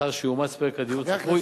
לאחר שיאומץ פרק הדיור צפוי,